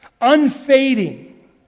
unfading